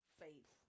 faith